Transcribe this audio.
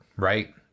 Right